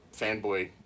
fanboy